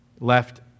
left